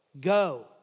Go